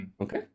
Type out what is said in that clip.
Okay